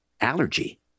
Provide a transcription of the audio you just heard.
allergy